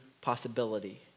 possibility